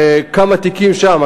כמה תיקים שם,